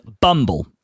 Bumble